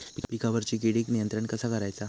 पिकावरची किडीक नियंत्रण कसा करायचा?